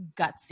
gutsy